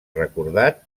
recordat